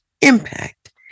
impact